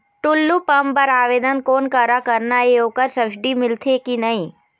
Tullu pump बर आवेदन कोन करा करना ये ओकर सब्सिडी मिलथे की नई?